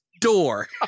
door